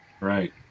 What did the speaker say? Right